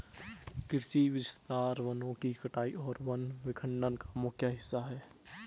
कृषि विस्तार वनों की कटाई और वन विखंडन का मुख्य हिस्सा है